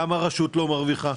גם הרשות לא מרוויחה,